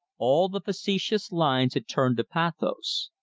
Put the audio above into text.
all the facetious lines had turned to pathos.